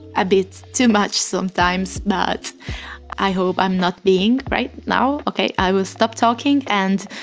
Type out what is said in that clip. a bit too much sometimes but i hope i'm not being right now okay i will stop talking and.